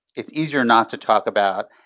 it's easier not to talk about.